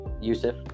Yusuf